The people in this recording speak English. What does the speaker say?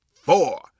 four